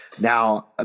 Now